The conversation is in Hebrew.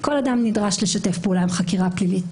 כל אדם נדרש לשתף פעולה עם חקירה פלילית.